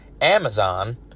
Amazon